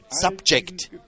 subject